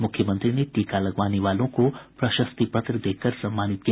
मुख्यमंत्री ने टीका लगवाने वालों को प्रशस्ति पत्र देकर सम्मानित किया